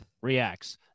reacts